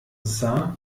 sah